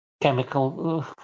chemical